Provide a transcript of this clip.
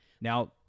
now